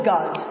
God